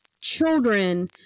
children